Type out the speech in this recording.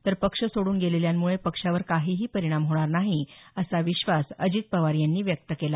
तर पक्ष सोडून गेलेल्यांमुळे पक्षावर काहीही परिणाम होणार नाही असा विश्वास अजित पवार यांनी व्यक्त केला